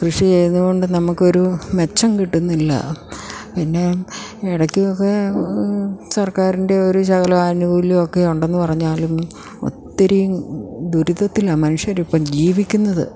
കൃഷി ചെയ്തത് കൊണ്ട് നമുക്ക ഒരു മെച്ചം കിട്ടുന്നില്ല പിന്നെ ഇടയ്കൊക്കെ സർക്കാരിൻ്റെ ഒരു ശകലം ആനുകൂല്യവുമൊക്കെ ഉണ്ടെന്ന് പറഞ്ഞാലും ഒത്തിരി ദുരിതത്തിലാണ് മനുഷ്യർ ഇപ്പം ജീവിക്കുന്നത്